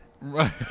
right